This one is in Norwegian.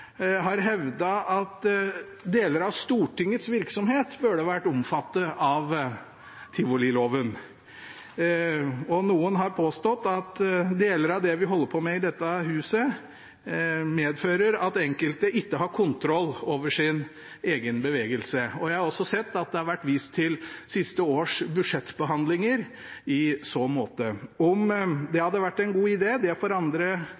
har hevdet at deler av Stortingets virksomhet burde vært omfattet av tivoliloven. Noen har påstått at deler av det vi holder på med i dette huset, medfører at enkelte ikke har kontroll over egen bevegelse. Jeg har også sett at det har vært vist til siste års budsjettbehandlinger i så måte. Om det hadde vært en god idé, får andre